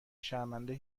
شرمنده